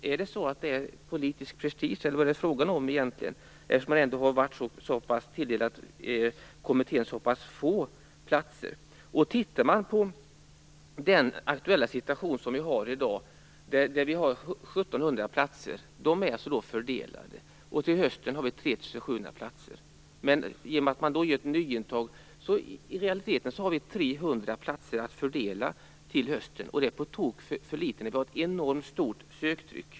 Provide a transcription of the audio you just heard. Är det politisk prestige eller vad är det fråga om egentligen, eftersom man tilldelat kommittén så pass få platser? Den aktuella situationen i dag är att 1 700 platser är fördelade. Till hösten kommer det att finnas 3 700 platser. Genom det nyintag som görs blir det i realiteten 300 platser att fördela till hösten, vilket är på tok för litet. Söktrycket är enormt stort.